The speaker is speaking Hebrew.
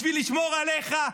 בשביל לשמור עליך,